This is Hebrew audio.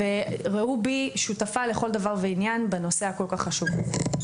ראו בי שותפה לכל דבר ועניין בנושא הכל כך חשוב הזה.